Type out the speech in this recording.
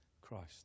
christ